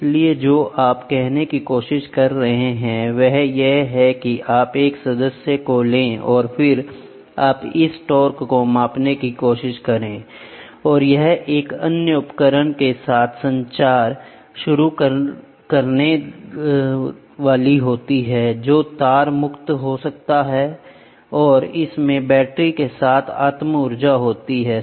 इसलिए जो आप कहने की कोशिश कर रहे हैं वह यह है कि आप एक सदस्य को लें और फिर आप इस टार्क को मापने की कोशिश करें और यह एक अन्य उपकरण के साथ संचार करना शुरू कर देगा जो तार मुक्त है और इसमें बैटरी के साथ आत्म ऊर्जा है